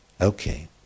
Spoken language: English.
okay